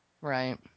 Right